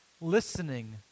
Listening